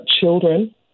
Children